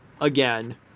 again